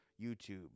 youtube